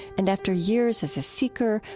and after years as a seeker,